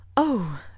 Oh